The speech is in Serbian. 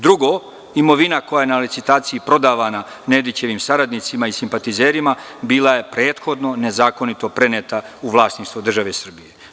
Drugo, imovina koja je na licitaciji prodavana Nedićevim saradnicima i simpatizerima bila je prethodno nezakonito preneta u vlasništvo države Srbije.